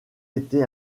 été